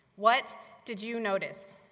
what did you notice?